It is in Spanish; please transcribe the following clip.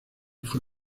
fue